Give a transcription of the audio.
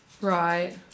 Right